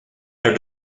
their